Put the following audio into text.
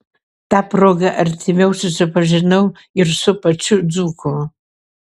ta proga artimiau susipažinau ir su pačiu dzūku